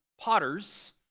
potters